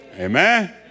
Amen